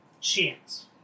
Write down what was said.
Chance